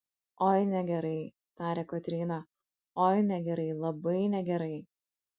oi negerai tarė kotryna oi negerai labai negerai